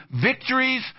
victories